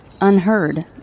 Unheard